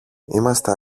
είμαστε